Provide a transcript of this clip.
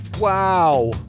Wow